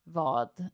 vad